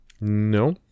no